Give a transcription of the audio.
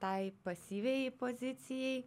tai pasyviai pozicijai